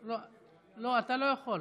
לא יכול.